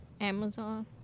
Amazon